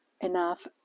enough